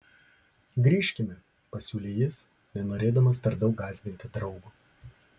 grįžkime pasiūlė jis nenorėdamas per daug gąsdinti draugo